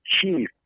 chief